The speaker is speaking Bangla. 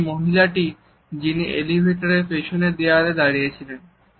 আর এই মহিলাটি যিনি এলিভেটরের পিছনের দেয়ালে দাঁড়িয়েছিলেন